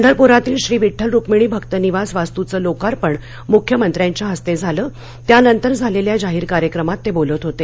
पंढरपुरातील श्री विड्डल रुक्मिणी भक्त निवास वास्तूचं लोकार्पण मुख्यमंत्र्यांच्या हस्ते झालं त्यानंतर झालेल्या जाहीर कार्यक्रमात ते बोलत होते